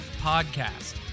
podcast